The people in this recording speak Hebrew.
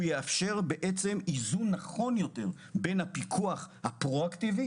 הוא יאפשר איזון נכון יותר בין הפיקוח הפרואקטיבי